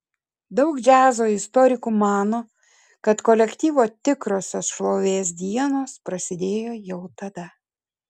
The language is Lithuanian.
daug džiazo istorikų mano kad kolektyvo tikrosios šlovės dienos prasidėjo jau tada